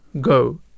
go